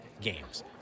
games